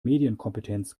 medienkompetenz